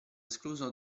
escluso